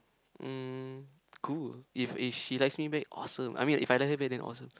mm cool if eh she likes me back awesome I mean if I like her back then awesome